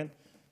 כן?